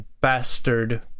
Bastard